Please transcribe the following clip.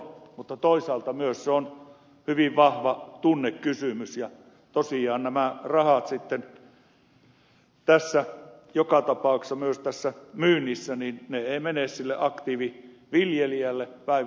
mutta toisaalta myös se on hyvin vahva tunnekysymys ja tosiaan nämä rahat sitten joka tapauksessa myöskään tässä myynnissä eivät mene sille aktiiviviljelijälle